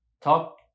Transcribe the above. talk